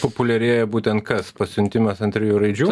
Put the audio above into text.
populiarėja būtent kas pasiuntimas ant trijų raidžių